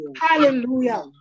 Hallelujah